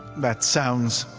that sounds